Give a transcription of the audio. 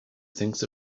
thinks